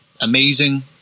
amazing